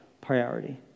priority